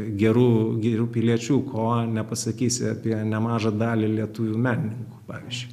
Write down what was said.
geru geru piliečių ko nepasakysi apie nemažą dalį lietuvių menininkų pavyzdžiui